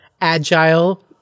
agile